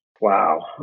wow